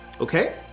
Okay